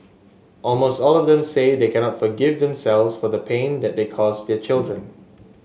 almost all of them say they cannot forgive themselves for the pain that they cause their children